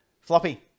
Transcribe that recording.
Floppy